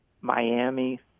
Miami